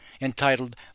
entitled